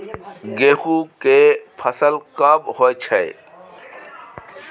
गेहूं के फसल कब होय छै?